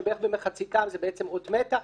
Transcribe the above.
אבל בערך במחציתן זו אות מתה.